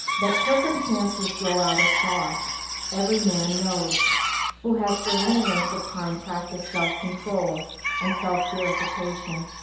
that circumstances grow out of thought every man knows who has for any length of time practised self-control and self-purification,